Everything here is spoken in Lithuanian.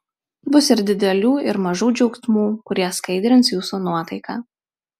bus ir didelių ir mažų džiaugsmų kurie skaidrins jūsų nuotaiką